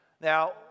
Now